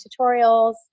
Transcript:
tutorials